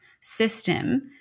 system